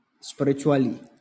Spiritually